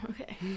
okay